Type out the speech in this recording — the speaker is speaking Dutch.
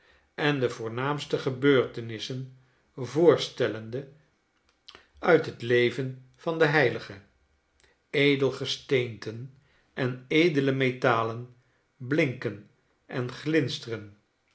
en de voornaamste gebeurtenissen voorstellende uit het leven van den heilige edelgesteenten en edele metalen blinken englinsteren